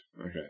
Okay